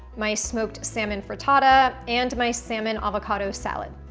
my smoked salmon frittata, and my salmon avocado salad.